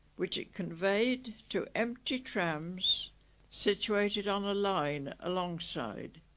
which it conveyed to empty trams situated on a line alongside